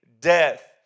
death